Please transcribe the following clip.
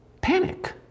panic